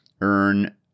earn